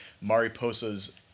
Mariposa's